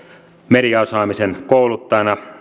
mediaosaamisen kouluttajina